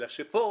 אלא שפה